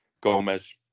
Gomez